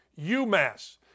UMass